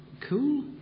cool